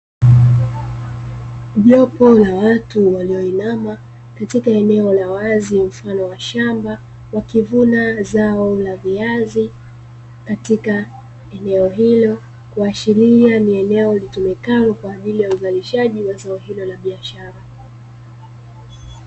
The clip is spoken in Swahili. Jopo la watu walioinama katika eneo la wazi mfano wa shamba, wakivuna zao la viazi katika eneo hilo. kuashiria ni eneo litumikalo kwa ajili ya uzalishaji wa mazao ya biashara.